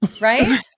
right